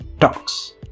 talks